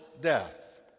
death